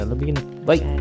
bye